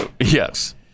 Yes